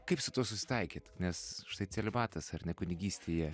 kaip su tuo susitaikyt nes štai celibatas ar ne kunigystėje